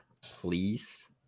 please